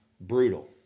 brutal